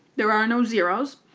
there are no zeroes,